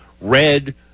red